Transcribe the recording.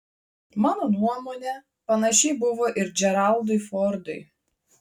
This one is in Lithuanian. mano nuomone panašiai buvo ir džeraldui fordui